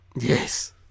Yes